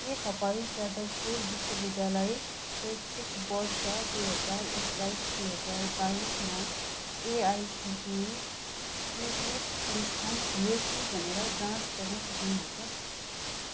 के तपाईँँ जादवपुर विश्वविद्यालय शैक्षिक वर्ष दुई हजार एक्काइस दुई हजार बाइसमा एआइसिटिई स्वीकृत संस्थान थियो कि भनेर जाँच गर्न सक्नुहुन्छ